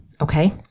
Okay